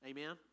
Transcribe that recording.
Amen